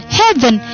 heaven